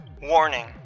Warning